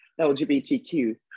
LGBTQ